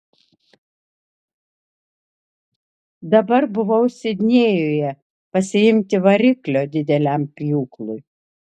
dabar buvau sidnėjuje pasiimti variklio dideliam pjūklui